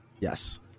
Yes